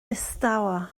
distawa